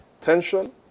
tension